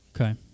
Okay